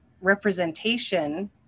representation